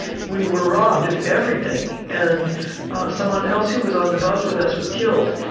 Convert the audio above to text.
we were robbed of everything. and someone else who was on the bus with us was killed,